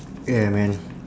yeah man